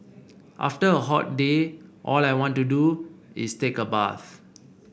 after a hot day all I want to do is take a bath